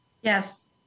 Yes